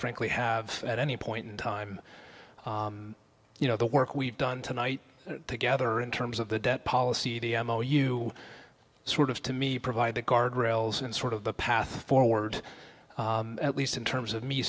frankly have at any point in time you know the work we've done tonight together in terms of the debt policy d m o you sort of to me provide the guard rails and sort of a path forward at least in terms of me